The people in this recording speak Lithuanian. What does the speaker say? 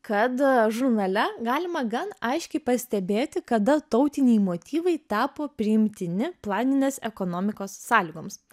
kad žurnale galima gan aiškiai pastebėti kada tautiniai motyvai tapo priimtini planinės ekonomikos sąlygoms